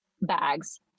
bags